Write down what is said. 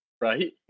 Right